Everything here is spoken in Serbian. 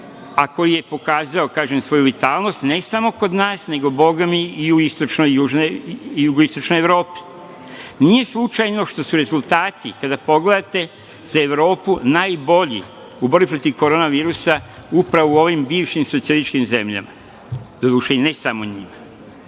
a koji je pokazao svoju vitalnost, ne samo kod nas nego i u istočnoj Evropi. Nije slučajno što su razultati, kada ih pogledate za Evropu, najbolji u borbi protiv Koronavirusa upravo u ovim bivšim socijalističkim zemljama. Doduše, i ne samo njima.